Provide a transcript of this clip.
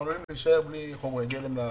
אנחנו יכולים להישאר בלי חומרי גלם לבנייה.